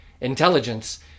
intelligence